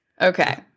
Okay